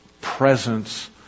presence